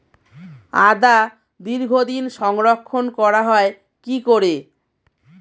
আদা দীর্ঘদিন সংরক্ষণ করা হয় কি করে?